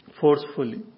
forcefully